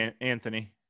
Anthony